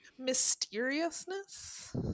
mysteriousness